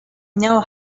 know